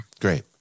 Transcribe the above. Great